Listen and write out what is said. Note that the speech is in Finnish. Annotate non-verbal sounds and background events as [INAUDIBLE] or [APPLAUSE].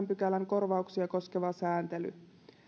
[UNINTELLIGIBLE] pykälän korvauksia koskeva sääntely